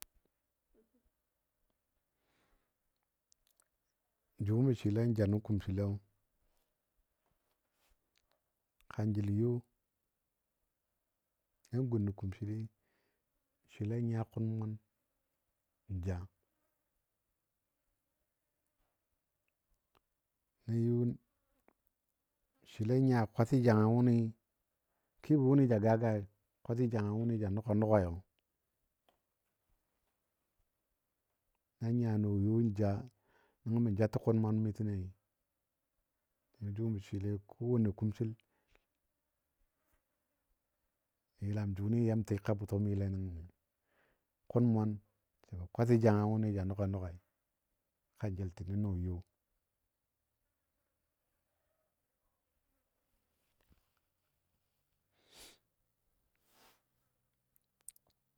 jʊ mə swɨle ja nə kumsilyo kanjəlo yo. Nan gun nə kumsili mə swɨle nya. kʊn mwaan n ja. Na yo mə swɨle nya kwati janga wʊni kebɔ wʊni ja gagai, kwati janga wʊni ja nuga nugayo. Nan nya nɔ yo ja nəngɔ mə jatə kʊn mwaan mi tənoi jʊ mə swɨlei kowanne kumsil a yəlam jʊni ya mə tika bʊtɔmile nəngəni kʊn mwaan jəbɔ kwati janga wʊni ja nuga nugai kanjəltini nɔ yo.